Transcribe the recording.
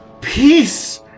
peace